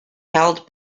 held